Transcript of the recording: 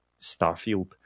Starfield